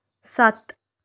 ਸੱਤ